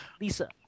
Lisa